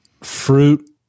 fruit